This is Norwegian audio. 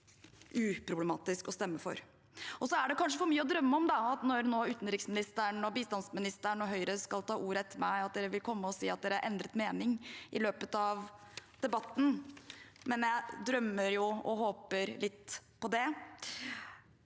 helt uproblematisk å stemme for. Det er kanskje for mye å drømme om at utenriksministeren, bistandsministeren og Høyre nå når de skal ta ordet etter meg, vil komme og si at de har endret mening i løpet av debatten, men jeg drømmer og håper litt på det.